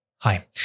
Hi